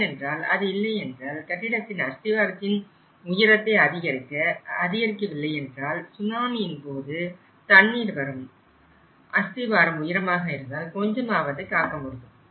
ஏனென்றால் அது இல்லையென்றால் கட்டிடத்தின் அஸ்திவாரத்தின் உயரத்தை அதிகரிக்கவில்லையென்றால் சுனாமியின்போது தண்ணீர் வரும்போது அஸ்திவாரம் உயரமாக இருந்தால் கொஞ்சமாவது காக்க முடியும்